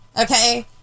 Okay